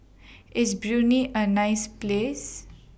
IS Brunei A nice Place